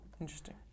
Interesting